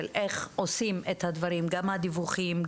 איך עושים את הדברים גם הדיווחים,